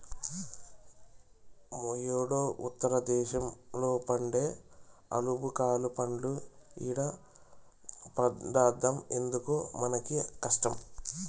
యేడో ఉత్తర దేశంలో పండే ఆలుబుకారా పండ్లు ఈడ పండద్దా ఎందుకు మనకీ కష్టం